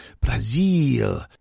Brazil